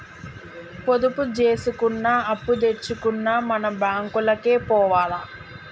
పొదుపు జేసుకున్నా, అప్పుదెచ్చుకున్నా మన బాంకులకే పోవాల